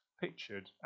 pictured